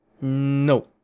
No